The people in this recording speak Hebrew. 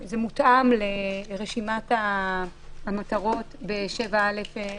זה מותאם לרשימת המטרות ב-7(א)(1)